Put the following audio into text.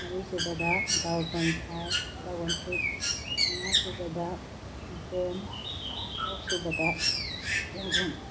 ꯃꯔꯤꯁꯨꯕꯗ dragon fruit ꯃꯉꯥꯁꯨꯕꯗ ꯀꯤꯍꯣꯝ ꯇꯔꯨꯛ ꯁꯨꯕꯗ ꯆꯦꯡꯒꯨꯝ